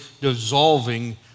dissolving